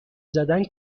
زدن